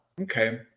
Okay